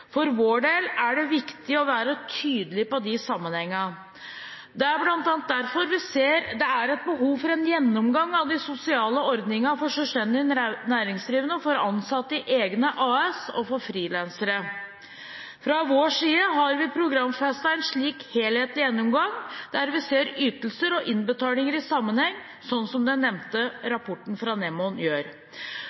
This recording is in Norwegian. For vår del er det viktig å være tydelig på de sammenhengene. Det er bl.a. derfor vi ser at det er et behov for gjennomgang av de sosiale ordningene for selvstendig næringsdrivende, for ansatte i egne AS-er, og for frilansere. Fra vår side har vi programfestet en slik helhetlig gjennomgang, der vi ser ytelser og innbetalinger i sammenheng, sånn som den nevnte rapporten fra Menon gjør.